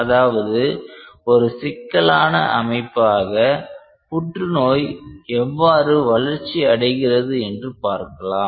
அதாவது ஒரு சிக்கலான அமைப்பாக புற்றுநோய் எவ்வாறு வளர்ச்சி அடைகிறது என்று பார்க்கலாம்